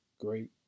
great